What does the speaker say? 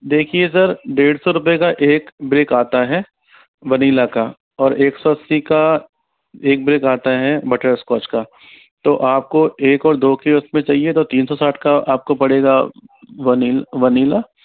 देखिए सर डेढ़ सौ रुपए का एक ब्रेक आता है वनीला का और एक सौ अस्सी का एक बेक आता है बटरस्कॉच का तो आपको एक और दो कि उसमें चाहिए तो तीन सौ साठ का आपको पड़ेगा वनीला